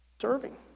Serving